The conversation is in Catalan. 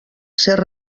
ser